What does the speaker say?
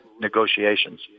negotiations